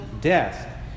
death